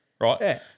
right